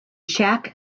shack